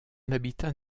habitat